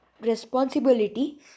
responsibility